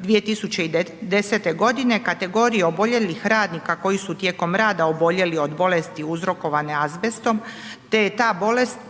2010. godine kategorija oboljelih radnika koji su tijekom rada oboljeli od bolesti uzrokovane azbestom te je ta bolest